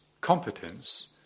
competence